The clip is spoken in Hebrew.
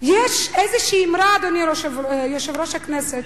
יש איזושהי אמרה, אדוני יושב-ראש הכנסת,